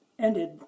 ended